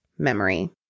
memory